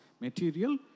Material